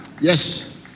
Yes